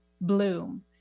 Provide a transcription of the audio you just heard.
bloom